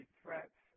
threats